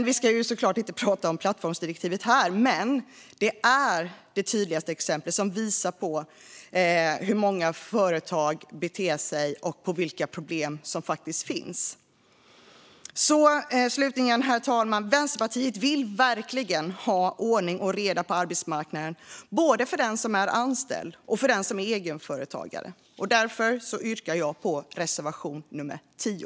Vi ska inte prata om plattformsdirektivet här, men det är det tydligaste exemplet som visar hur många företag beter sig och vilka problem som finns. Vänsterpartiet vill verkligen ha ordning och reda på arbetsmarknaden, både för den som är anställd och för den som är egenföretagare, och därför yrkar jag bifall till reservation 10.